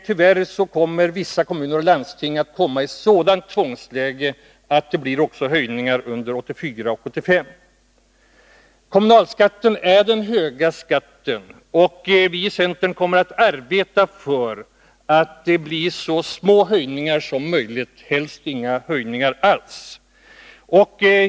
Tyvärr kommer vissa kommuner och landsting att hamna i ett sådant tvångsläge att det blir höjningar även under 1984 och 1985. Kommunalskatten är den tunga skatten för små och medelstora inkomsttagare. Vi i centern kommer att arbeta för att det blir så små höjningar som möjligt, helst inga höjningar alls.